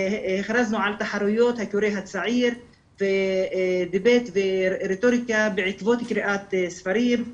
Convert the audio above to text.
הכרזנו על תחרויות הקורא הצעיר ודיבייט ורטוריקה בעקבות קריאת ספרים.